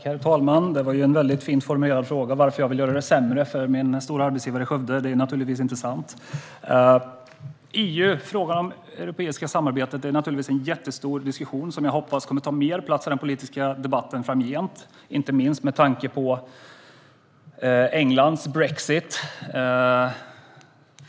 Herr talman! Det var ju en fint formulerad fråga - varför jag vill göra det sämre för den stora arbetsgivaren i Skövde. Det är naturligtvis inte sant. Frågan om det europeiska samarbetet är naturligtvis en jättestor diskussion. Jag hoppas att den kommer att ta mer plats i den politiska debatten framgent, inte minst med tanke på Englands brexit.